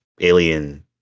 alien